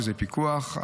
שזה פיקוח.